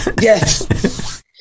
Yes